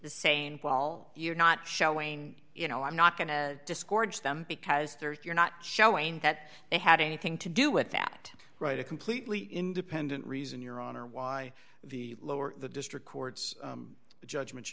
the saying well you're not showing you know i'm not going to discords them because you're not showing that they had anything to do with that right a completely independent reason your honor why the lower the district court's judgment